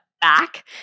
back